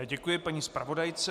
Děkuji paní zpravodajce.